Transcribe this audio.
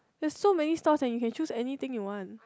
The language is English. there's so many stalls that you can choose anything you want